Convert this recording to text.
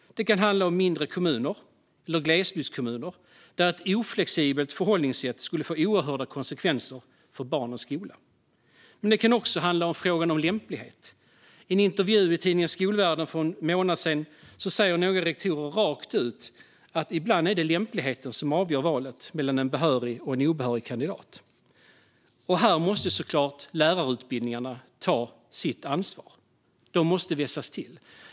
Det kan handla om mindre kommuner eller glesbygdskommuner, där ett oflexibelt förhållningssätt skulle få oerhörda konsekvenser för barnens skola. Det kan också handla om lämplighet. I en intervju i tidningen Skolvärlden för en månad sedan säger några rektorer rakt ut att det ibland är lämpligheten som avgör valet mellan en behörig och en obehörig kandidat. Här måste såklart lärarutbildningarna ta sitt ansvar. De måste vässas till.